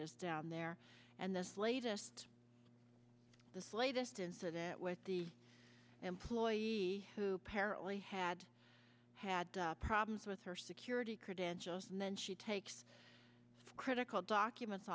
is down there and this latest this latest incident with the employee who apparently had had problems with her security credentials men she takes critical documents